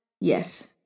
yes